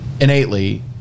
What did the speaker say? innately